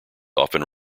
often